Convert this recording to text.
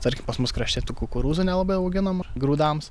tarkim pas mus krašte tų kukurūzų nelabai auginama grūdams